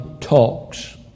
talks